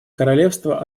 королевство